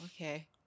okay